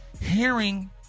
hearing